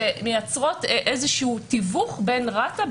שמייצרות תיווך בין רת"א,